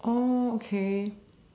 oh okay